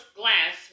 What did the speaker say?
glass